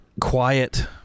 quiet